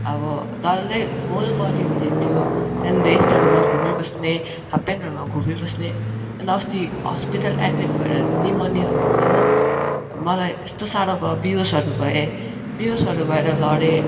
अब डल्लै whole body भिजेको थिएँ त्यहाँदेखि भेस्टहरूमा घुमि बस्ने हाफप्यान्टहरूमा घुमि बस्ने त्यहाँदेखि अस्ति हस्पिटल एडमिट भएर निमोनिया भएछ हो मलाई यस्तो साह्रो भयो बिहोसहरू भए बिहोसहरू भएर लडेँ